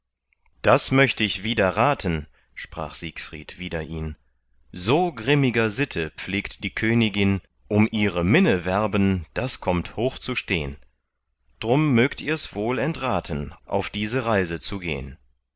das möcht ich widerraten sprach siegfried wider ihn so grimmiger sitte pflegt die königin um ihre minne werben das kommt hoch zu stehn drum mögt ihrs wohl entraten auf diese reise zu gehn